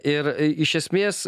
ir iš esmės